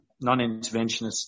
non-interventionist